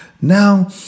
Now